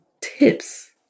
tips